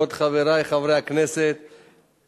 כבוד חברי חברי הכנסת,